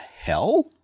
hell